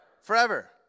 forever